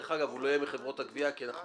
ודרך אגב הוא לא יהיה בחברות הגבייה כי אנחנו